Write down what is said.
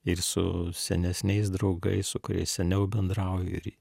ir su senesniais draugais su kuriais seniau bendrauju ir